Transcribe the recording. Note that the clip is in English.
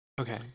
Okay